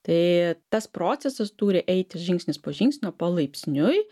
tai tas procesas turi eiti žingsnis po žingsnio palaipsniui